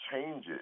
changes